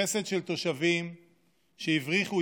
חסד של תושבים שהבריחו,